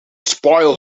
spoil